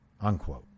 unquote